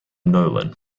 nolan